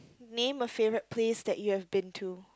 name a favorite place that you have been to